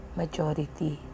majority